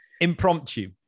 impromptu